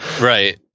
right